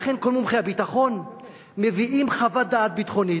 כל מומחי הביטחון מביאים חוות דעת ביטחונית,